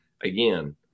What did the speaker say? again –